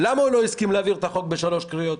למה הוא לא הסכים להעביר את החוק בשלוש קריאות?